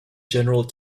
general